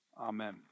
Amen